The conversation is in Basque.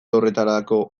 horretarako